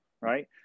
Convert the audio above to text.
Right